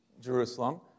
Jerusalem